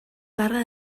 parla